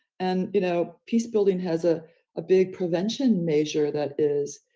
and you know, peacebuilding has a ah big prevention measure that is,